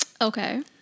Okay